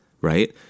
right